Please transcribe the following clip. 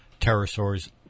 pterosaurs